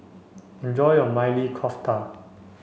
enjoy your Maili Kofta